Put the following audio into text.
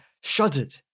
shuddered